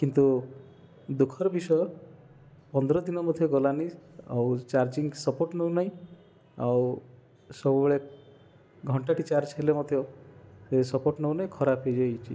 କିନ୍ତୁ ଦୁଃଖର ବିଷୟ ପନ୍ଦର ଦିନ ମଧ୍ୟ ଗଲାନି ଆଉ ଚାର୍ଜିଙ୍ଗ ସପୋର୍ଟ ନେଉନାହିଁ ଆଉ ସବୁବେଳେ ଘଣ୍ଟାଟି ଚାର୍ଜ ହେଲେ ମଧ୍ୟ ଏ ସପୋର୍ଟ ନେଉନାହିଁ ଖରାପ ହେଇଯାଇଛି